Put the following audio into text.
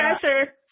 pressure